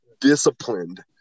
disciplined